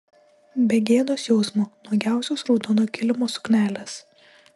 be gėdos jausmo nuogiausios raudono kilimo suknelės